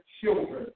children